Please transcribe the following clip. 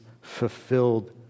fulfilled